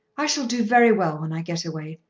i shall do very well when i get away.